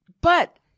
But-